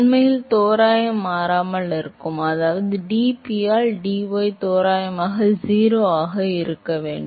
உண்மையில் தோராயமாக மாறாமல் இருக்கும் அதாவது dP ஆல் dy தோராயமாக 0 ஆக இருக்க வேண்டும்